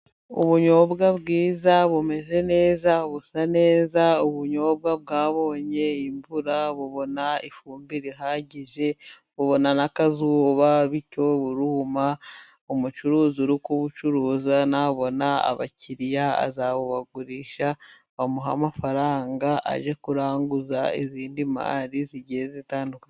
Ubunyobwa bwiza，bumeze neza， busa neza， ubunyobwa bwabonye imvura，bubona ifumbire ihagije， bubona n’akazuba， bityo buruma，umucuruzi uri kubucuruza，nabona abakiriya，azabubagurisha，bamuhe amafaranga，age kuranguza izindi mari， zigiye zitandukanye.